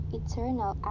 eternal